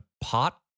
pot